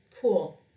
cool